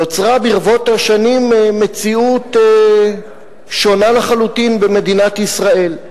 נוצרה ברבות השנים מציאות שונה לחלוטין במדינת ישראל.